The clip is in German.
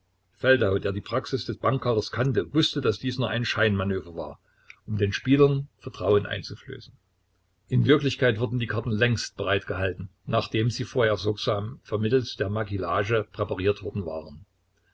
feldau der die praxis des bankhalters kannte wußte daß dies nur ein scheinmanöver war um den spielern vertrauen einzuflößen in wirklichkeit wurden die karten längst bereit gehalten nachdem sie vorher sorgsam vermittels der maquillage präpariert worden waren